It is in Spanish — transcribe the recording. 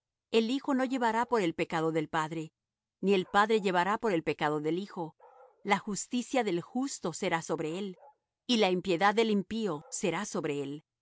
el hijo no llevará por el pecado del padre ni el padre llevará por el pecado del hijo la justicia del justo será sobre él y la impiedad el impío será sobre él